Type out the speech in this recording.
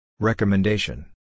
Recommendation